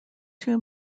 two